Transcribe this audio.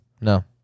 No